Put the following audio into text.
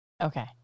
Okay